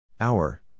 Hour